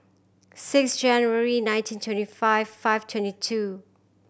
six January nineteen twenty five five twenty two